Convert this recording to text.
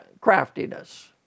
craftiness